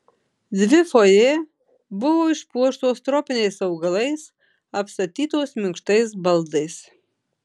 dvi fojė buvo išpuoštos tropiniais augalais apstatytos minkštais baldais